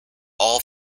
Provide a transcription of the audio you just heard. all